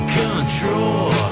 control